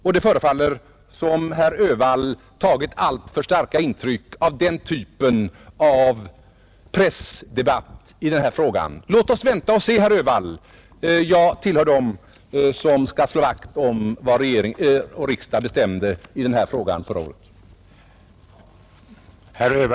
Men det förefaller som om herr Öhvall tagit alltför starka intryck av den typen av pressdebatt i denna fråga. Låt oss vänta och se, herr Öhvall! Jag tillhör dem som kommer att slå vakt om vad regering och riksdag förra året bestämde i denna fråga.